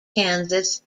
kansas